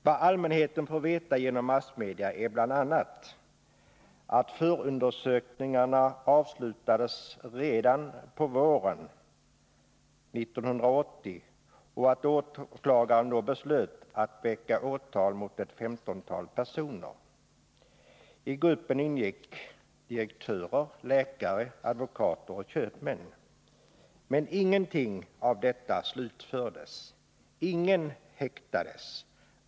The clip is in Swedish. Vad allmänheten får veta genom massmedia är bl.a. att förunder sökningarna avslutades redan på våren 1980 och att åklagaren då beslöt att väcka åtal mot ett 15-tal personer. I gruppen ingick direktörer, läkare, advokater och köpmän. Men ingenting av detta slutfördes. Ingen häktades.